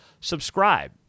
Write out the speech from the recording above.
subscribe